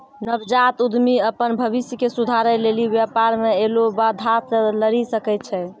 नवजात उद्यमि अपन भविष्य के सुधारै लेली व्यापार मे ऐलो बाधा से लरी सकै छै